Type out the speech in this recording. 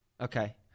Okay